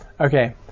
Okay